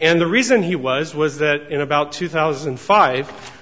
and the reason he was was that in about two thousand